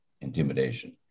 intimidation